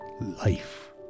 life